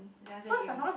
then after that he will